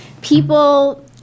People